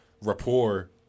rapport